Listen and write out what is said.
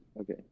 okay